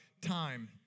time